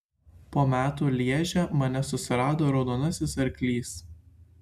po metų lježe mane susirado raudonasis arklys